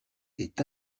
est